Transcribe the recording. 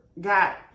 got